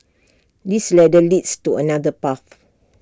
this ladder leads to another path